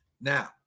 Now